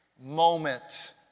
moment